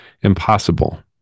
impossible